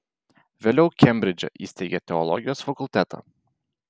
vėliau kembridže įsteigė teologijos fakultetą